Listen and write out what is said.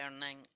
learning